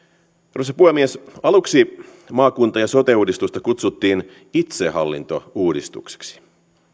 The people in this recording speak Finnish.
arvoisa puhemies aluksi maakunta ja sote uudistusta kutsuttiin itsehallintouudistukseksi vaan